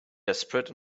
desperate